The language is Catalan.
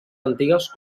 antigues